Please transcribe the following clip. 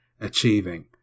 achieving